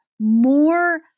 more